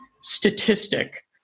statistic